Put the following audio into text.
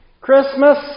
Christmas